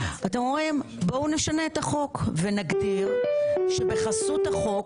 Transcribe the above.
אתם אומרים בואו נשנה את החוק ונגדיר שבחסות החוק